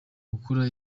gukora